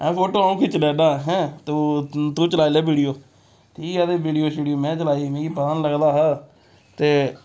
में फोटो अ'ऊं खिच्ची लैन्ना हैं तूं तूं चलाई लै वीडियो ठीक ऐ ते वीडियो शीडियो में चलाई मिगी पता निं लगदा हा ते